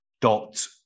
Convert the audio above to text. dot